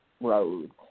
Road